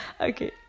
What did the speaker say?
Okay